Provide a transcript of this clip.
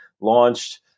launched